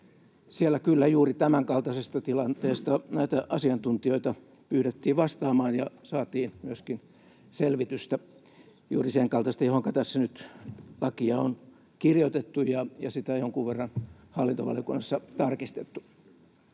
siellä kyllä juuri tämänkaltaisesta tilanteesta näitä asiantuntijoita pyydettiin vastaamaan ja saatiin myöskin selvitystä, juuri sen kaltaista, jonka mukaisesti tässä nyt lakia on kirjoitettu ja jonkun verran hallintovaliokunnassa tarkistettu.